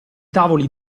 tavoli